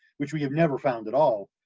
which we have never found at all,